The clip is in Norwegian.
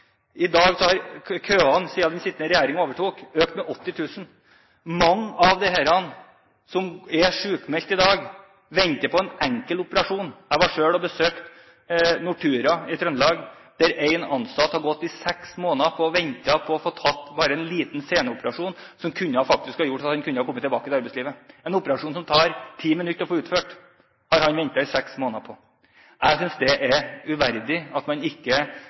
den sittende regjeringen overtok. Mange av disse som er sykmeldt i dag, venter på en enkel operasjon. Jeg besøkte Nortura i Trøndelag der en ansatt har gått i seks måneder og ventet på en liten seneoperasjon som faktisk kunne ha gjort at han kunne ha kommet tilbake til arbeidslivet – en operasjon som det tar 10 minutter å utføre, har han ventet seks måneder på. Jeg synes det er uverdig at man med den økonomien som Norge har, ikke